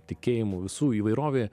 tikėjimu visų įvairovė